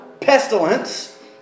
pestilence